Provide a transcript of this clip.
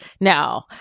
No